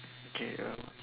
okay um